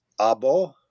Abo